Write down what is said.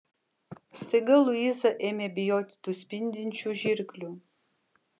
staiga luiza ėmė bijoti tų spindinčių žirklių